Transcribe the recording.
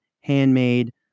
handmade